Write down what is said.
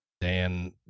Dan